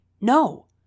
no